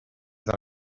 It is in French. dans